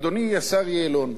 אדוני השר יעלון,